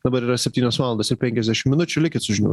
dabar yra septynios valandos ir penkiasdešim minučių likit su žinių